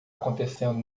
acontecendo